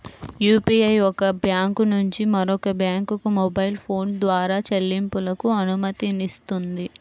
UPI ఒక bank నుంచి మరొక బ్యాంకుకు మొబైల్ ఫోన్ ద్వారా చెల్లింపులకు అనుమతినిస్తుంది